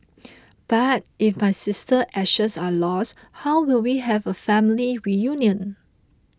but if my sister ashes are lost how will we have a family reunion